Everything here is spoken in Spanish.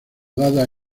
dada